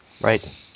Right